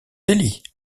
délit